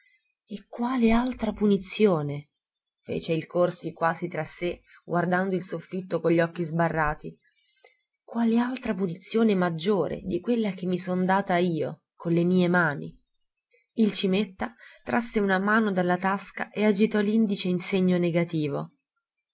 e quale altra punizione fece il corsi quasi tra sé guardando il soffitto con gli occhi sbarrati quale altra punizione maggiore di quella che mi son data io con le mie mani il cimetta trasse una mano dalla tasca e agitò l'indice in segno negativo